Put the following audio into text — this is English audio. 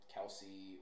Kelsey